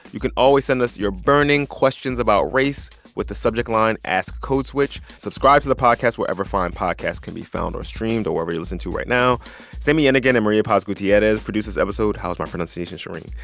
you can always send us your burning questions about race with the subject line ask code switch. subscribe to the podcast wherever fine podcasts can be found or streamed or wherever you're listing to right now sami yenigun and maria paz gutierrez produced this episode. how's my pronunciation, shereen?